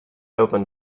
open